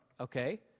Okay